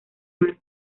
mar